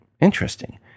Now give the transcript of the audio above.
interesting